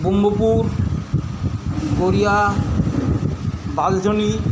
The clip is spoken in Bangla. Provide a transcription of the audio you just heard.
ব্রহ্মপুর গড়িয়া বাঁশদ্রোণী